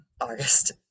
August